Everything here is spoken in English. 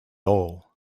all